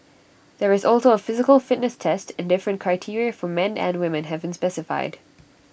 there is also A physical fitness test and different criteria for men and women have been specified